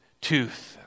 tooth